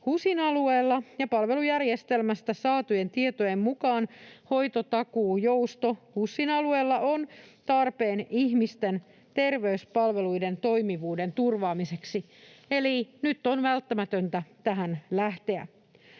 HUSin alueella, ja palvelujärjestelmästä saatujen tietojen mukaan hoitotakuujousto HUSin alueella on tarpeen ihmisten terveyspalveluiden toimivuuden turvaamiseksi. Eli nyt on välttämätöntä tähän lähteä.